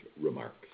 remarks